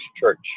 church